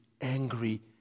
angry